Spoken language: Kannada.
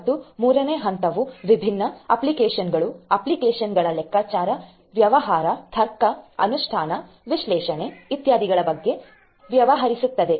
ಮತ್ತು 3 ನೇ ಹಂತವು ವಿಭಿನ್ನ ಅಪ್ಲಿಕೇಶನ್ಗಳು ಅಪ್ಲಿಕೇಶನ್ಗಳ ಲೆಕ್ಕಾಚಾರ ವ್ಯವಹಾರ ತರ್ಕ ಅನುಷ್ಠಾನ ವಿಶ್ಲೇಷಣೆ ಇತ್ಯಾದಿಗಳ ಬಗ್ಗೆ ವ್ಯವಹರಿಸುತ್ತದೆ